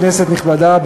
כנסת נכבדה,